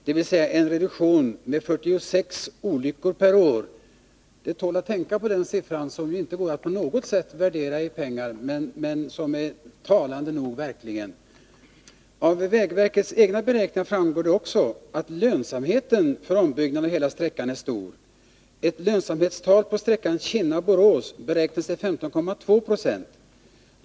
Dvs. en reduktion med 46 olyckor per år.” Den siffran tål att tänka på. Olyckorna går ju inte på något sätt att värdera i pengar, men siffran är sannerligen talande nog. Av vägverkets egna beräkningar framgår det också att lönsamheten för ombyggnaden av hela sträckan är stor. Ett lönsamhetstal på sträckan Kinna-Borås beräknas till 15,2 70.